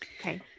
Okay